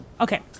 Okay